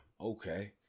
Okay